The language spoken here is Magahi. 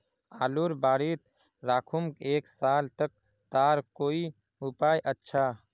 आलूर बारित राखुम एक साल तक तार कोई उपाय अच्छा?